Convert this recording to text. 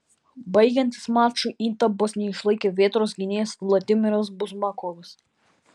baigiantis mačui įtampos neišlaikė vėtros gynėjas vladimiras buzmakovas